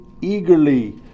eagerly